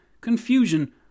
confusion